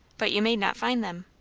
but you may not find them.